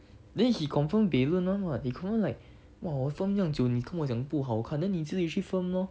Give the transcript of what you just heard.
then he confirm buay lun [one] [what] he confirm like !wah! 我 film 这样久你跟我讲不好看 then 你自己去 film lor